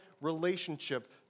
relationship